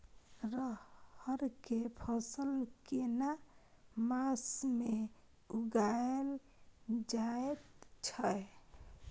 रहर के फसल केना मास में उगायल जायत छै?